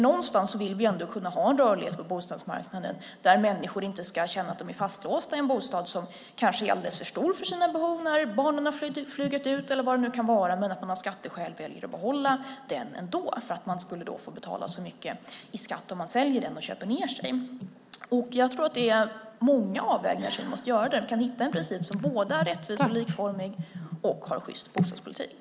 Någonstans vill vi ändå kunna ha en rörlighet på bostadsmarknaden där människor inte ska känna att de är fastlåsta i en bostad som kanske är alldeles för stor för deras behov när barnen har flugit ut eller vad det kan vara, men att man av skatteskäl väljer att behålla den ändå därför att man skulle få betala så mycket i skatt om man säljer den och köper ned sig. Jag tror att det är många avvägningar som vi måste göra för att kunna hitta en princip som både är rättvis och likformig och innebär en sjyst bostadspolitik.